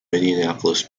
minneapolis